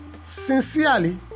Sincerely